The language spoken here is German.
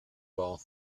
war